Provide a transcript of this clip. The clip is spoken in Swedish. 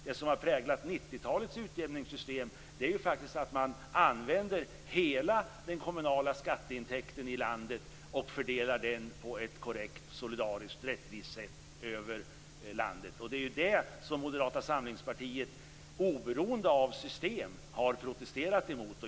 Det som har präglat 90-talets utjämningssystem är ju att man använder hela den kommunala skatteintäkten i landet och fördelar den på ett korrekt, solidariskt och rättvist sätt över landet. Det är det som Moderata samlingspartiet, oberoende av system, har protesterat mot.